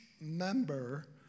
member